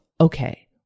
okay